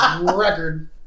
Record